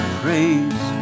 praise